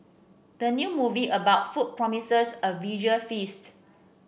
the new movie about food promises a visual feast